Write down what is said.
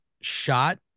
shot